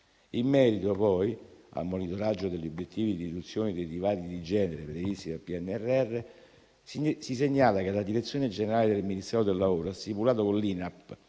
In merito poi al monitoraggio degli obiettivi di riduzione dei divari di genere previsti dal PNRR, si segnala che la direzione generale del Ministero del lavoro ha stipulato con l'Istituto